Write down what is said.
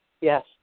Yes